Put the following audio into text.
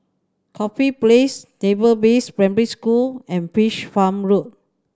Corfe Place Naval Base Primary School and Fish Farm Road